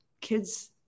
kids